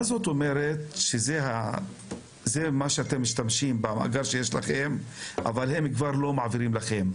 מה זאת אומרת שאתם משתמשים במאגר שיש לכם אבל הם כבר לא מעבירים לכם?